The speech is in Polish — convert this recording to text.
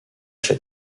się